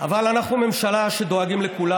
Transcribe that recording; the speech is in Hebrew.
אבל אנחנו בממשלה דואגים לכולם.